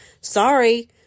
Sorry